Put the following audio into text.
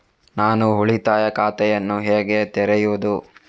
ನಾನು ಉಳಿತಾಯ ಖಾತೆಯನ್ನು ಹೇಗೆ ತೆರೆಯುದು?